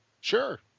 Sure